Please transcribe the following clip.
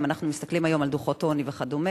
אם אנחנו מסתכלים היום על דוחות עוני וכדומה,